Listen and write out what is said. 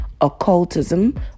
occultism